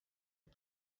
del